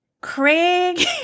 Craig